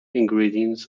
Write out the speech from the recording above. ingredients